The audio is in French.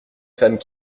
femmes